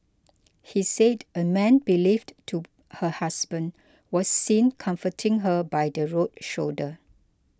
he said a man believed to her husband was seen comforting her by the road shoulder